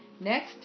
Next